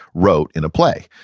wrote in a play.